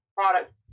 product